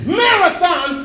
marathon